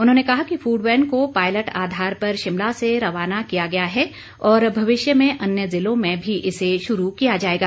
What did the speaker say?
उन्होंने कहा कि फूड वैन को पायलट आधार पर शिमला से रवाना किया गया है और भविष्य में अन्य ज़िलों में भी इसे शुरू किया जाएगा